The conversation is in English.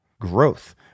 growth